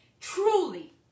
truly